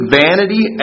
vanity